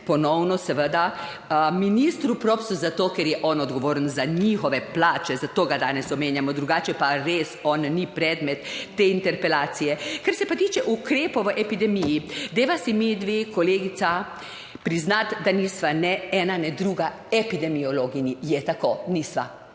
ponovno seveda ministru Propsu zato, ker je on odgovoren za njihove plače, zato ga danes omenjamo. Drugače pa res on ni predmet te interpelacije. Kar se pa tiče ukrepov v epidemiji, dajva si midve, kolegica, priznati, da nisva ne ena ne druga epidemiologinji. Je tako? Nisva.